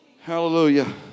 Hallelujah